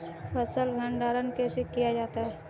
फ़सल भंडारण कैसे किया जाता है?